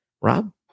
Rob